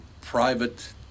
private